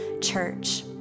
church